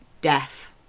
death